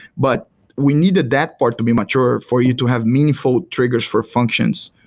but we needed that part to be mature for you to have mini-fault triggers for functions.